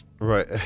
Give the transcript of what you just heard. right